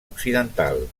occidental